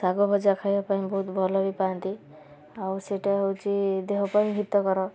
ଶାଗ ଭଜା ଖାଇବା ପାଇଁ ବହୁତ ଭଲ ବି ପାଆନ୍ତି ଆଉ ସେଇଟା ହେଉଛି ଦେହ ପାଇଁ ହିତକର